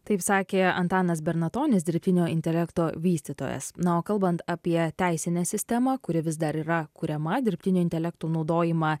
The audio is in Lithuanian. taip sakė antanas bernatonis dirbtinio intelekto vystytojas na o kalbant apie teisinę sistemą kuri vis dar yra kuriama dirbtinio intelekto naudojimą